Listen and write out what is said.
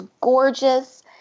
gorgeous